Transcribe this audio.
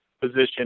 position